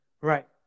right